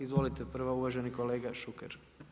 Izvolite prvo uvaženi kolega Šuker.